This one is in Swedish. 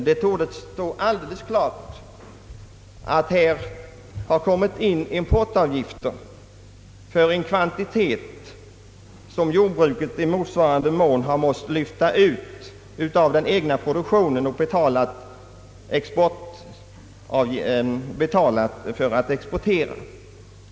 Det torde stå alldeles klart att här har kommit in importavgifter för en kvantitet som jordbruket i motsvarande mån har måst lyfta ut av den egna produktionen. Jordbruket har också betalat exportkostnaderna härför.